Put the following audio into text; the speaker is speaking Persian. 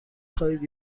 خواهید